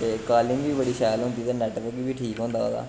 ते गल्ल बी बड़ी शैल होंदी ते नैटवर्क बी ठीक होंदा ओह्दा